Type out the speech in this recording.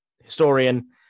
historian